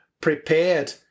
prepared